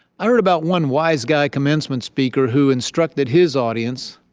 i heard about one wise guy commencement speaker who instructed his audience,